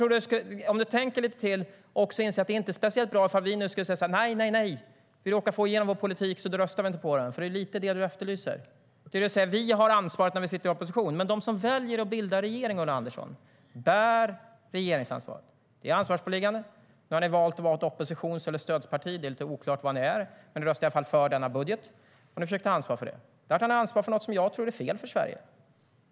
Om du tänker lite till tror jag att du också inser att det inte vore speciellt bra ifall vi nu skulle säga: Nej, nej, nej, vi råkade få igenom vår politik, så då röstar vi inte på den. Det är ju lite det du efterlyser. Du säger att vi har ansvaret när vi sitter i opposition. Men de som väljer att bilda regering, Ulla Andersson, bär regeringsansvaret. Det förpliktar till ansvar. Nu har ni valt att vara ett oppositions eller stödparti. Det är lite oklart vad ni är, men ni röstar i alla fall för denna budget och försöker ta ansvar för det. Jag kan inte ta ansvar för något som jag tror är fel för Sverige.